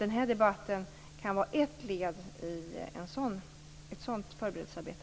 Den här debatten kan vara ett led i ett sådant förberedelsearbete.